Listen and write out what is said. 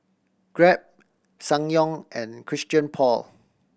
Grab Ssangyong and Christian Paul